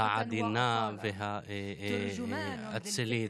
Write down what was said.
העדינה והאצילית,